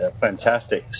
fantastic